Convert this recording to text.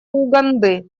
уганды